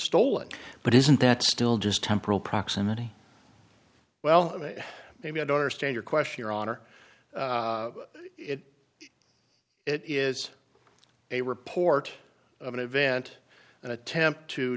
stolen but isn't that still just temporal proximity well maybe i don't understand your question your honor it it is a report of an event an attempt to